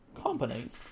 companies